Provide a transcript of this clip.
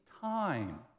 time